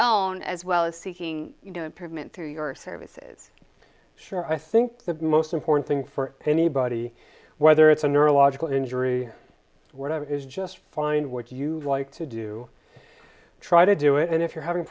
own as well as seeking you know improvement through your services sure i think the most important thing for anybody whether it's a neurological injury whatever it is just find what you like to do try to do it and if you're having